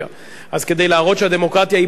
אז כדי להראות שהדמוקרטיה היא במיטבה,